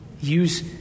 Use